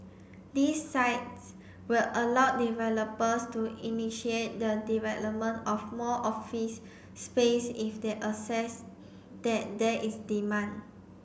these sites will allow developers to initiate the development of more office space if they assess that there is demand